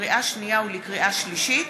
לקריאה שנייה ולקריאה שלישית,